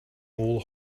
all